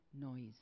noise